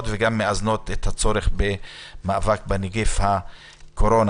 וגם מאזנות את הצורך במאבק בנגיף הקורונה.